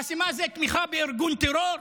חסימה זה תמיכה בארגון טרור?